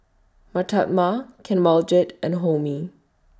Mahatma Kanwaljit and Homi